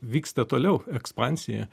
vyksta toliau ekspansija